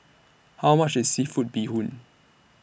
How much IS Seafood Bee Hoon